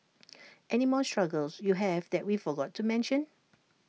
any more struggles you have that we forgot to mention